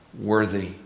worthy